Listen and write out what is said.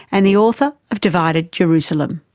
and the author of divided jerusalem.